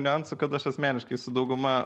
niuansų kad aš asmeniškai su dauguma